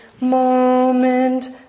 moment